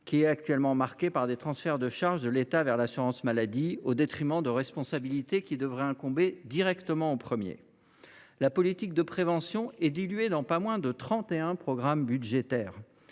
cohérent, actuellement marqué par des transferts de charges de l’État vers l’assurance maladie, au détriment de responsabilités qui devraient lui incomber directement. La politique de prévention se trouve diluée dans trente et un programmes budgétaires.